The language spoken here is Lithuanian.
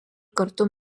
kartu